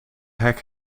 hek